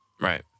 Right